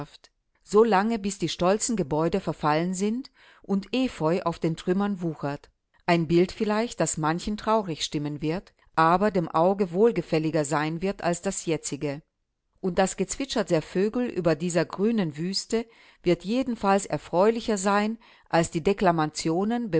lange bis die stolzen gebäude verfallen sind und efeu auf den trümmern wuchert ein bild vielleicht das manchen traurig stimmen wird aber dem auge wohlgefälliger sein wird als das jetzige und das gezwitscher der vögel über dieser grünen wüste wird jedenfalls erfreulicher sein als die deklamationen